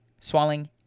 swelling